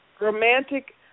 romantic